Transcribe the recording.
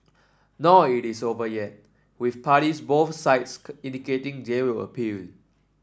nor it is over yet with parties both sides indicating they will appeal